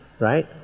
right